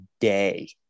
day